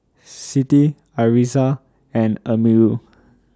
Siti Arissa and Amirul